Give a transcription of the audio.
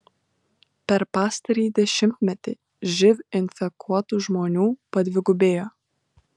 per pastarąjį dešimtmetį živ infekuotų žmonių padvigubėjo